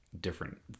different